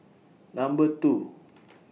Number two